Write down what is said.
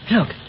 Look